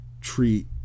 treat